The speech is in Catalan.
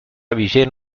vigent